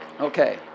Okay